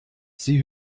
sie